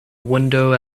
window